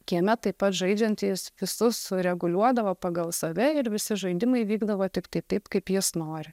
kieme taip pat žaidžiantys visus sureguliuodavo pagal save ir visi žaidimai vykdavo tiktai taip kaip jis nori